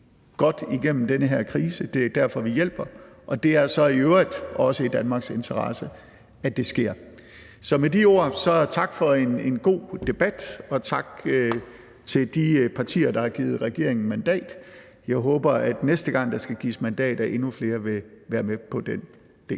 godt igennem den her krise. Det er derfor, vi hjælper, og det er så i øvrigt også i Danmarks interesse, at det sker. Så med de ord vil jeg sige tak for en god debat og tak til de partier, der har givet regeringen et mandat. Jeg håber, at næste gang der skal gives et mandat, vil der være endnu flere med på den del.